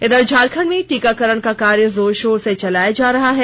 इधर झारखंड में टीकाकरण का कार्य जोर शोर से चलाया जा रहा है